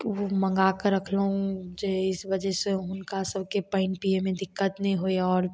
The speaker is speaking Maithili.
ओ मङ्गा कए रखलौं जे एहि वजह से हुनका सबके पानि पीयैमे दिक्कत नहि होइ आओर